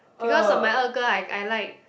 because of my 二哥 I I like